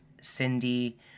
Cindy